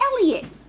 Elliot